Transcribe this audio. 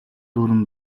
дүүрэн